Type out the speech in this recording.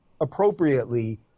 appropriately